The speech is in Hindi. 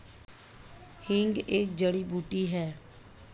हींग एक जड़ी बूटी है